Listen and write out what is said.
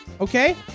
okay